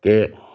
के